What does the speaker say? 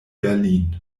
berlin